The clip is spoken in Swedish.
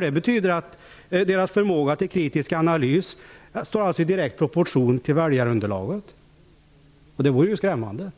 Det betyder att deras förmåga till kritisk analys står i direkt proportion till väljarunderlaget. Det vore skrämmande